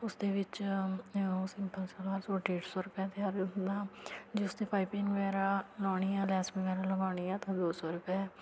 ਉਸਦੇ ਵਿੱਚ simple salwar suit ਡੇਡ ਸੌ ਰੁਪਇਆ ਤਿਆਰ ਹੁੰਦਾ ਜੇ ਉਸ 'ਤੇ ਪਾਈਪਿੰਗ ਵਗੈਰਾ ਲਾਉਣੀ ਆ ਲੈਸ ਵਗੈਰਾ ਲਗਾਉਣੀ ਆ ਤਾਂ ਦੋ ਸੌ ਰੁਪਇਆ